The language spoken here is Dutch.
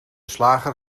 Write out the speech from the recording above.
slager